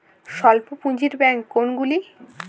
স্বল্প পুজিঁর ব্যাঙ্ক কোনগুলি?